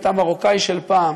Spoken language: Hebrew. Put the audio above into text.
אתה מרוקני של פעם.